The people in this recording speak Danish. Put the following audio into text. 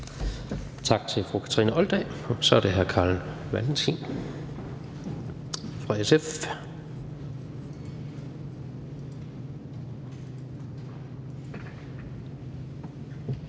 Tak til fru Kathrine Olldag. Så er det hr. Carl Valentin fra SF. Kl.